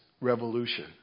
revolution